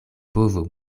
bovo